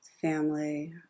family